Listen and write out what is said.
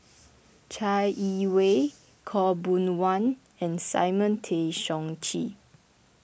Chai Yee Wei Khaw Boon Wan and Simon Tay Seong Chee